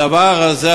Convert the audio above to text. הדבר הזה,